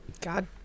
God